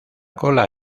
cola